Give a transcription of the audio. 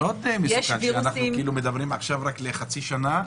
זה מאוד מסוכן, שאנחנו מדברים עכשיו רק לחצי שנה.